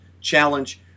challenge